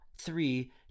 three